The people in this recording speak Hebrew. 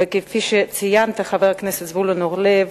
כפי שציינת, חבר הכנסת אורלב,